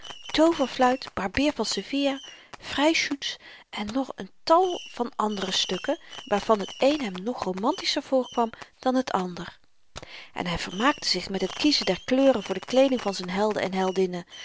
barbier van sevilla freyschütz en nog n tal van andere stukken waarvan het een hem nog romantischer voorkwam dan het ander en hy vermaakte zich met het kiezen der kleuren voor de kleeding van z'n helden en heldinnen